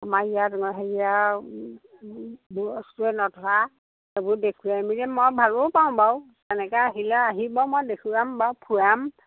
আমাৰ ইয়াত হেৰিয়া বস্তুৱে নধৰা সেইবোৰ দেখুৱাই মেলি মই ভালো পাওঁ বাৰু তেনেকৈ আহিলে আহি বাৰু মই দেখুৱাম বাৰু ফুৰাম